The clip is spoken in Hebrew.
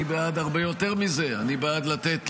אני בעד הרבה יותר מזה, אני בעד לתת